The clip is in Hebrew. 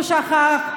הוא שכח,